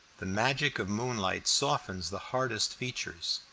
the magic of moonlight softens the hardest features,